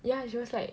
ya she was like